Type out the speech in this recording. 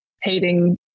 hating